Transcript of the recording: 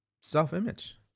self-image